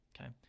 Okay